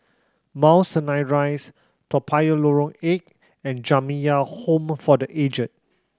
Mount Sinai Rise Toa Payoh Lorong Eight and Jamiyah Home for The Aged